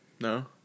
No